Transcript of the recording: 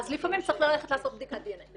אז לפעמים צריך ללכת לעשות בדיקת דנ"א.